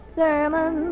sermon